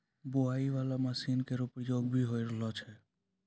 बोआई बाला मसीन केरो प्रयोग भी होय रहलो छै